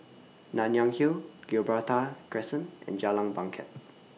Nanyang Hill Gibraltar Crescent and Jalan Bangket